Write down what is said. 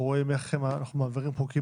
אנחנו רואים איך אנחנו מעבירים חוקים